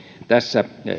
tässä